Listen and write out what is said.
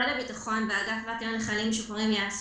משרד הביטחון והאגף לקליטת חיילים משוחררים יעשו